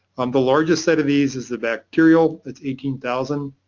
um the largest set of these is the bacterial that's eighteen thousand